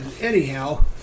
anyhow